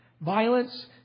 violence